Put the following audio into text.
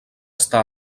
està